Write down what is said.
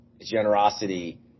generosity